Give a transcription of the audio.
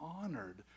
honored